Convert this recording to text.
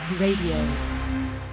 Radio